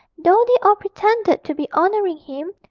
though they all pretended to be honouring him,